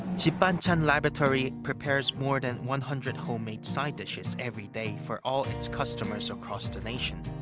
zipbanchan laboratory prepares more than one hundred home-made side dishes everyday for all its customers across the nation.